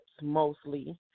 mostly